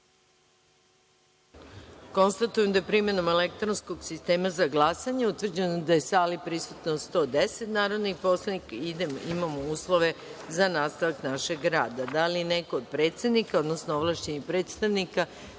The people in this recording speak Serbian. glasanje. Konstatujem da je, primenom elektronskog sistema za glasanje, utvrđeno da je su u sali prisutno 110 narodnih poslanika i da imamo uslove za nastavak našeg rada. Da li neko od predsednika, odnosno ovlašćenih predstavnika